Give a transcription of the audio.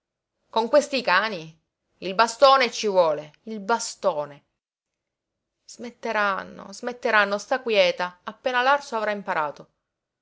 con questi cani il bastone ci vuole il bastone smetteranno smetteranno sta quieta appena l'arso avrà imparato